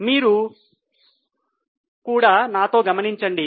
మీరు కూడా నాతో గమనించండి